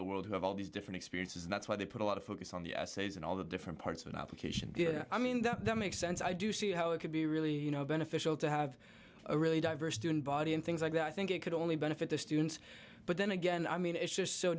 the world who have all these different experiences and that's why they put a lot of focus on the essays and all the different parts of an application i mean that makes sense i do see how it could be really beneficial to have a really diverse student body and things like that i think it could only benefit the students but then again i mean it's just so